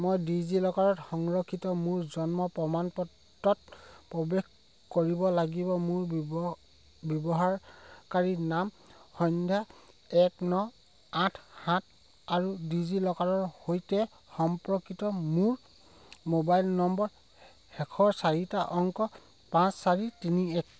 মই ডিজিলকাৰত সংৰক্ষিত মোৰ জন্ম প্ৰমাণপত্ৰত প্ৰৱেশ কৰিব লাগিব মোৰ ব্যৱহাৰকাৰীনাম সন্ধ্যা এক ন আঠ সাত আৰু ডিজিলকাৰৰ সৈতে সম্পৰ্কিত মোৰ মোবাইল নম্বৰৰ শেষৰ চাৰিটা অংক পাঁচ চাৰি তিনি এক